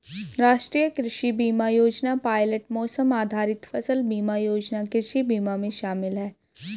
राष्ट्रीय कृषि बीमा योजना पायलट मौसम आधारित फसल बीमा योजना कृषि बीमा में शामिल है